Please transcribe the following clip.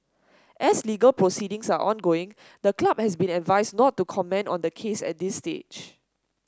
as legal proceedings are ongoing the club has been advised not to comment on the case at this stage